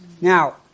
Now